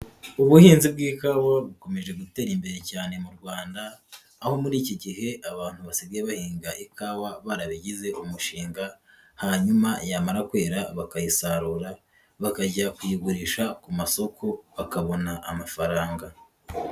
Ubuhinzi bw'ikawa bukomeje gutera imbere cyane mu Rwanda, aho muri iki gihe abantu basigaye bahinga ikawa barabigize umushinga hanyuma yamara kwera bakayisarura bakajya kuyigurisha ku masoko bakabona amafaranga.